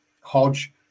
Hodge